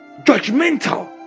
Judgmental